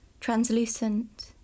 translucent